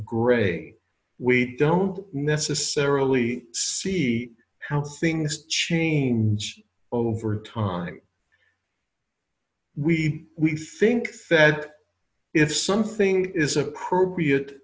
gray we don't necessarily see how things change over time we we think that if something is appropriate